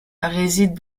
réside